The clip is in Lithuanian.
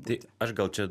tai aš gal čia